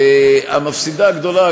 המפסידה הגדולה,